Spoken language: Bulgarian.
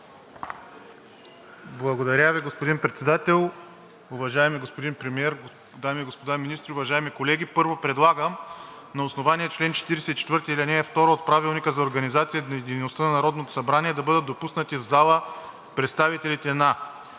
Благодаря Ви, господин Председател. Уважаеми господин Премиер, дами и господа министри, уважаеми колеги! Първо, предлагам на основание чл. 44, ал. 2 от Правилника за организацията и дейността на Народното събрание да бъдат допуснати в залата представителите на